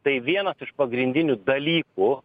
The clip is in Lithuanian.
tai vienas iš pagrindinių dalykų